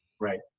Right